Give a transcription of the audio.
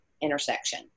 intersection